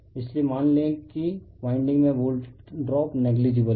इसलिए मान लें कि वाइंडिंग में वोल्ट ड्रॉप नेग्लिजिबल है